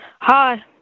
Hi